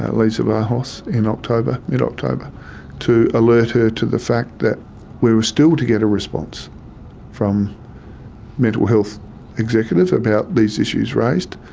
leesa vlahos, in mid-october mid-october to alert her to the fact that we were still to get a response from a mental health executive about these issues raised,